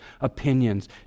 opinions